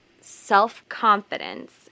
self-confidence